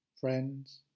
friends